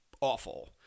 awful